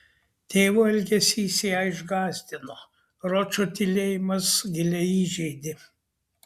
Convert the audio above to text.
tėvo elgesys ją išgąsdino ročo tylėjimas giliai įžeidė